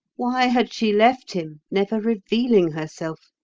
why had she left him, never revealing herself?